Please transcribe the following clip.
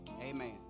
amen